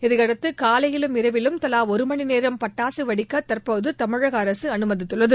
இதையடுத்து காலையிலும் இரவிலும் தலா ஒரு மணி நேரம் பட்டாசு வெடிக்க தற்போது தமிழக அரசு அமைதித்துள்ளது